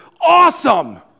awesome